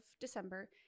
December